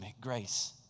grace